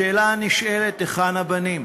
השאלה הנשאלת: היכן הבנים?